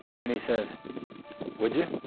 and he says would you